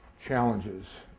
challenges